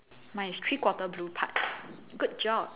mine is three quarter blue part good job